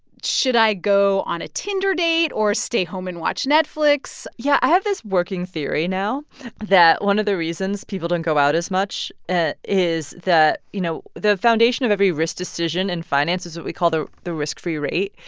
should i go on a tinder date or stay home and watch netflix? yeah. i have this working theory now that one of the reasons people don't go out as much ah is that, you know, the foundation of every risk decision in and finance is what we call the the risk-free rate,